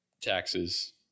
taxes